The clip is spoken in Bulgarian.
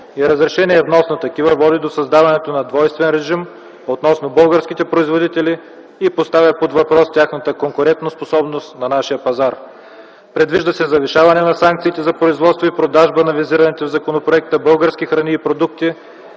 разрешеният внос на такива, води до създаването на двойствен режим относно българските производители и поставя под въпрос тяхната конкурентноспособност на пазара. Предвижда се завишаването на санкции за производство и продажба на визираните в законопроекта български храни и продукти,